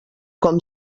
com